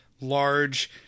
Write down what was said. large